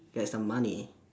get some money